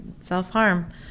self-harm